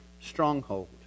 stronghold